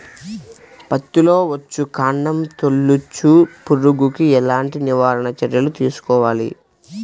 పత్తిలో వచ్చుకాండం తొలుచు పురుగుకి ఎలాంటి నివారణ చర్యలు తీసుకోవాలి?